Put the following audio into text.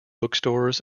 bookstores